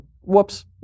whoops